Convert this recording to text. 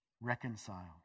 Reconcile